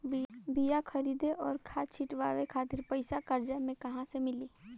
बीया खरीदे आउर खाद छिटवावे खातिर पईसा कर्जा मे कहाँसे मिली?